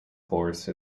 horse